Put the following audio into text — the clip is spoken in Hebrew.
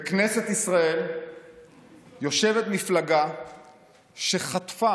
בכנסת ישראל יושבת מפלגה שחטפה